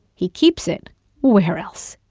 he keeps it where else?